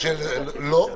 לא,